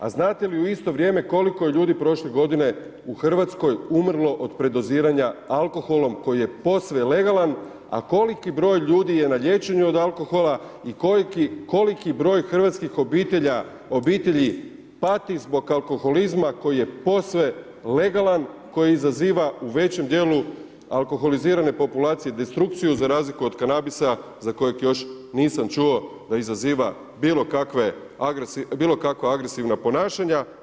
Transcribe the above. A znate li u isto vrijeme koliko je ljudi prošle godine u Hrvatskoj umrlo od predoziranja alkoholom koji je posve legalan, a koliki broj ljudi je na liječenju od alkohola i koliki broj hrvatskih obitelji pati zbog alkoholizma koji je posve legalan koji izaziva u većim dijelu alkoholizirane populacije destrukciju za razliku od kanabisa za kojeg još nisam čuo da izaziva bilo kakva agresivna ponašanja?